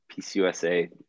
PCUSA